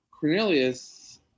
Cornelius